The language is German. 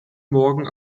morgen